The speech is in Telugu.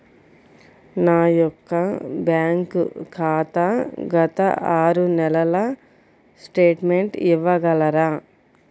నా యొక్క బ్యాంక్ ఖాతా గత ఆరు నెలల స్టేట్మెంట్ ఇవ్వగలరా?